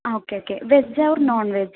okay okay veg or non veg